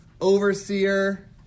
overseer